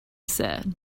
said